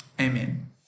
Amen